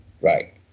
right